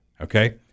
okay